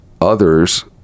others